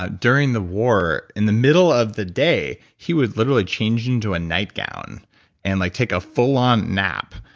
ah during the war, in the middle of the day, he would literally change into a nightgown and like take a full-on nap.